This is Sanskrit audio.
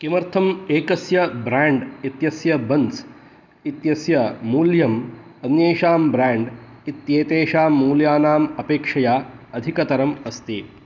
किमर्थम् एकस्य ब्राण्ड् इत्यस्य बन्स् इत्यस्य मूल्यम् अन्येषां ब्राण्ड् इत्येतेषां मूल्यानाम् अपेक्षया अधिकतरम् अस्ति